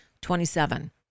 Twenty-seven